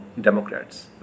Democrats